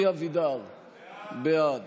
תודה רבה לכם.